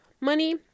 money